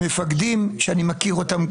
מפקדים שאני מכיר אותם,